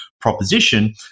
proposition